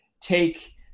take